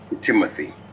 Timothy